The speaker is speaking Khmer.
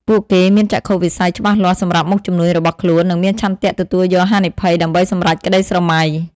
ពួកគេមានចក្ខុវិស័យច្បាស់លាស់សម្រាប់មុខជំនួញរបស់ខ្លួន និងមានឆន្ទៈទទួលយកហានិភ័យដើម្បីសម្រេចក្តីស្រមៃ។